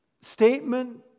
statement